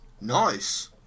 Nice